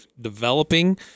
developing